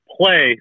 play